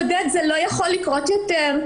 עודד, זה לא יכול לקרות יותר.